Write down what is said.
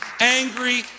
angry